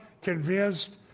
convinced